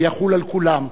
ויחול על כולם.